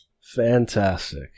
Fantastic